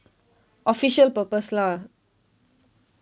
official purpose lah